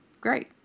Great